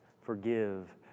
forgive